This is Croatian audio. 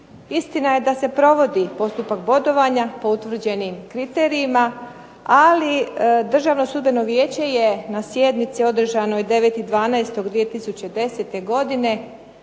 istina je da se provodi postupak bodovanja po utvrđenim kriterijima ali Državno sudbeno vijeće je na sjednici održanoj 9.12.2010. godine